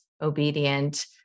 obedient